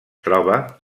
troba